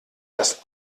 das